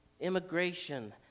Immigration